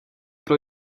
pro